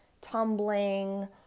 tumbling